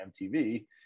MTV